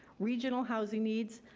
regional housing needs,